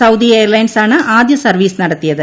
Saudi airlines ആണ് ആദ്യ service നടത്തിയത്